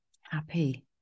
happy